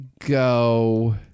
go